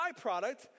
byproduct